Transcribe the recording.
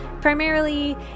primarily